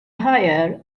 higher